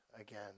again